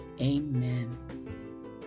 Amen